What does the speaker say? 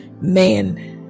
man